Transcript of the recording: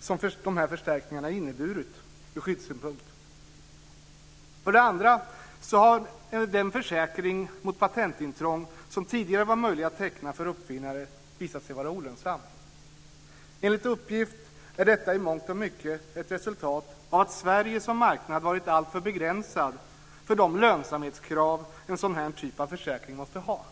som dessa förstärkningar inneburit ur skyddssynpunkt. För det andra har den försäkring mot patentintrång som tidigare var möjlig att teckna för uppfinnare visat sig vara olönsam. Enligt uppgift är detta i mångt och mycket ett resultat av att Sverige som marknad varit alltför begränsad för de lönsamhetskrav en sådan här typ av försäkring måste ha.